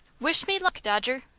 wish me luck, dodger!